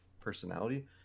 personality